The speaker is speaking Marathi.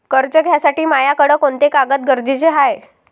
कर्ज घ्यासाठी मायाकडं कोंते कागद गरजेचे हाय?